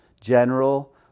general